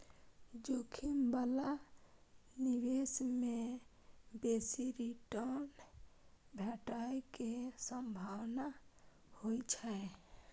जोखिम बला निवेश मे बेसी रिटर्न भेटै के संभावना होइ छै